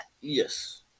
yes